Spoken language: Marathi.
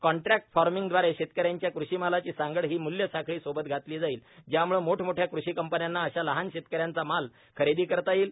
कॉन्ट्रॅक्ट फार्मिंग दवारे शेतक यांच्या कृषिमालाची सांगड ही म्ल्य साखळी सोबत घातली जाईल ज्याम्ळे मोठमोठ्या कृषी कंपन्यांना अशा लहान शेतकऱ्यांचा माल खरेदी करता येईल